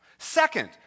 Second